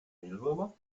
mehlwürmer